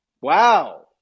wow